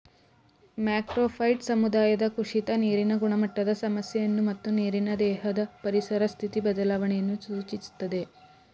macrophyte ಸಮುದಾಯದ ಕುಸಿತ ನೀರಿನ ಗುಣಮಟ್ಟದ ಸಮಸ್ಯೆಯನ್ನು ಮತ್ತು ನೀರಿನ ದೇಹದ ಪರಿಸರ ಸ್ಥಿತಿ ಬದಲಾವಣೆಯನ್ನು ಸೂಚಿಸ್ತದೆ